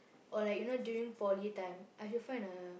or like you know during poly time I should find a